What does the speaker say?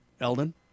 Eldon